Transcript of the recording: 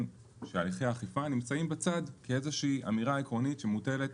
שהליכי האכיפה נמצאים בצד כאיזושהי אמירה עקרונית שמוטלת